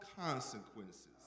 consequences